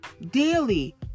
daily